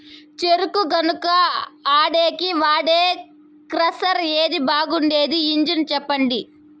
చెరుకు గానుగ ఆడేకి వాడే క్రషర్ ఏది బాగుండేది ఇంజను చెప్పండి?